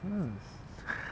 mm